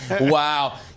Wow